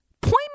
Point